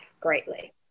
greatly